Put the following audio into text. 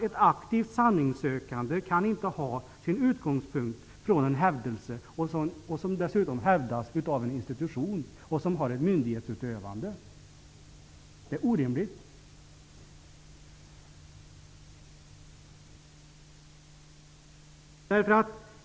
Ett aktivt sanningssökande kan inte ha sin utgångspunkt i någonting som hävdas av en institution som har en myndighetsutövande funktion. Det är orimligt.